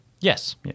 Yes